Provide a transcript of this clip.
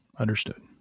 Understood